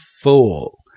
fool